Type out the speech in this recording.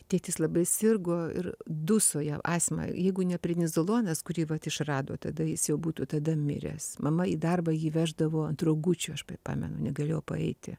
tėtis labai sirgo ir duso jam astma jeigu ne prednizolonas kurį vat išrado tada jis jau būtų tada miręs mama jį darbą jį veždavo ant rogučių aš pamenu negalėjo paeiti